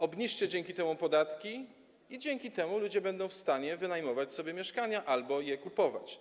Obniżcie za to podatki i dzięki temu ludzie będą w stanie wynajmować sobie mieszkania albo je kupować.